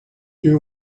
you